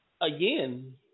again